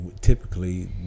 typically